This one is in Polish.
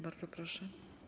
Bardzo proszę.